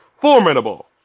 formidable